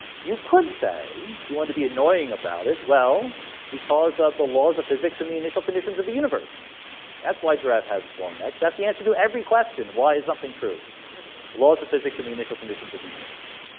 you could say if you want to be annoying about it. well because of the laws of physics and the initial conditions of the universe that's why giraffe has its long necks. that's the answer to every question why is something true laws of physics and the initial conditions of the universe?